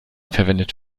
verwendet